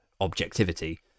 objectivity